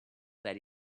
that